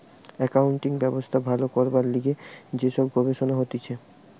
accounting ব্যবস্থা ভালো করবার লিগে যে সব গবেষণা হতিছে